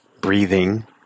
breathing